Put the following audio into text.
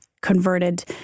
converted